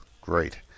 great